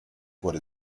wurde